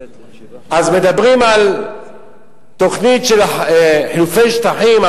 מדברים על תוכנית של חילופי שטחים,